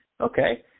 Okay